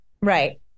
Right